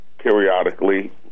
periodically